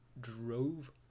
drove